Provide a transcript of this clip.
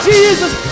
Jesus